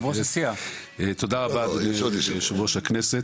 תודה רבה, אדוני יושב-ראש הכנסת.